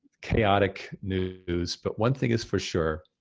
chaotic news. but one thing is for sure,